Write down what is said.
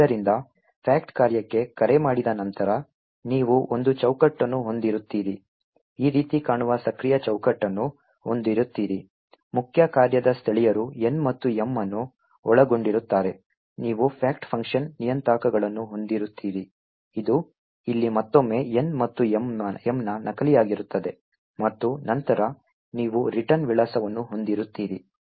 ಆದ್ದರಿಂದ fact ಕಾರ್ಯಕ್ಕೆ ಕರೆ ಮಾಡಿದ ನಂತರ ನೀವು ಒಂದು ಚೌಕಟ್ಟನ್ನು ಹೊಂದಿರುತ್ತೀರಿ ಈ ರೀತಿ ಕಾಣುವ ಸಕ್ರಿಯ ಚೌಕಟ್ಟನ್ನು ಹೊಂದಿರುತ್ತೀರಿ ಮುಖ್ಯ ಕಾರ್ಯದ ಸ್ಥಳೀಯರು N ಮತ್ತು M ಅನ್ನು ಒಳಗೊಂಡಿರುತ್ತಾರೆ ನೀವು fact ಫಂಕ್ಷನ್ ನಿಯತಾಂಕಗಳನ್ನು ಹೊಂದಿರುತ್ತೀರಿ ಇದು ಇಲ್ಲಿ ಮತ್ತೊಮ್ಮೆ N ಮತ್ತು M ನ ನಕಲಾಗಿರುತ್ತದೆ ಮತ್ತು ನಂತರ ನೀವು ರಿಟರ್ನ್ ವಿಳಾಸವನ್ನು ಹೊಂದಿರುತ್ತೀರಿ